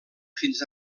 fins